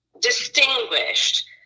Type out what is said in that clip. distinguished